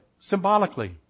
symbolically